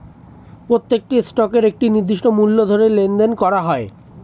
প্রত্যেকটি স্টকের একটি নির্দিষ্ট মূল্য ধরে লেনদেন করা হয়